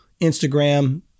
Instagram